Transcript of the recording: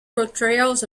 portrayals